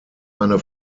eine